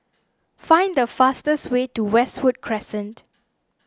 find the fastest way to Westwood Crescent